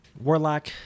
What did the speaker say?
warlock